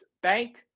bank